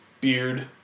beard